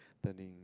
turning